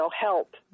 help